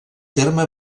terme